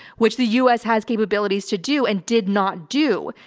which the us has capabilities to do and did not do.